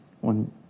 one